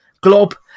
glob